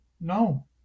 No